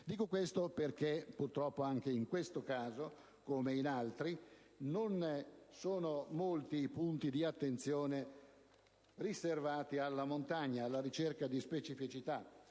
Dico questo perché, purtroppo, anche in questo caso, come in altri, non sono molti i punti di attenzione riservati alla montagna. Si sono andate a cercare specificità